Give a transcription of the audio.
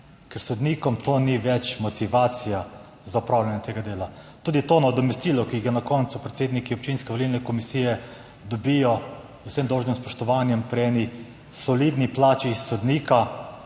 Ker sodnikom to ni več motivacija za opravljanje tega dela. Tudi to nadomestilo, ki ga na koncu predsedniki občinske volilne komisije dobijo, z vsem dolžnim spoštovanjem, pri eni solidni plači sodnika